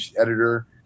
editor